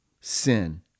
sin